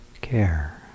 care